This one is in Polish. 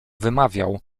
wymawiał